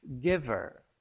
giver